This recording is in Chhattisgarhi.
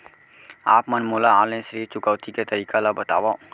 आप मन मोला ऑनलाइन ऋण चुकौती के तरीका ल बतावव?